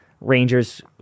Rangers